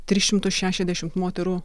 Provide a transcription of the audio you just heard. tris šimtus šešiasdešimt moterų